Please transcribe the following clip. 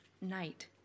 night